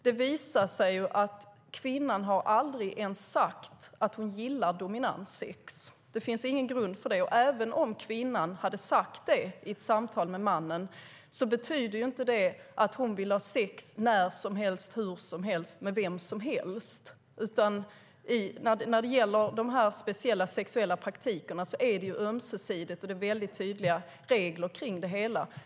Det visar sig att kvinnan aldrig ens sagt att hon gillar dominanssex. Det finns ingen grund för det. Även om kvinnan hade sagt det i ett samtal med mannen betyder det inte att hon vill ha sex när som helst, hur som helst och med vem som helst. När det gäller de här speciella sexuella praktikerna är det ömsesidigt, och det är tydliga regler kring det hela.